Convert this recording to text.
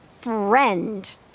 friend